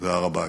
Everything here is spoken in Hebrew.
והר הבית.